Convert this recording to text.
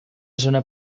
zona